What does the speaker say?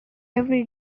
every